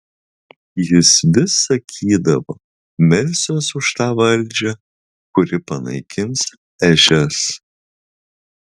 jis vis sakydavo melsiuos už tą valdžią kuri panaikins ežias